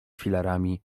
filarami